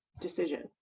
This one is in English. decision